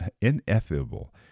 ineffable